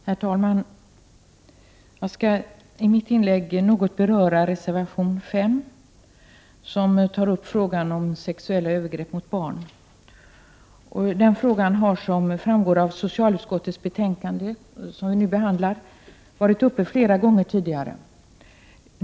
Herr talman! Jag skall i mitt inlägg något beröra reservation 5, som gäller frågan om sexuella övergrepp mot barn. Den frågan har, som framgår av det socialutskottsbetänkande som nu behandlas, varit uppe flera gånger tidigare.